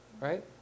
right